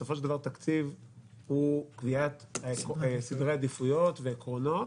בסופו של דבר תקציב הוא קביעת סדרי העדיפויות והעקרונות,